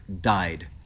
died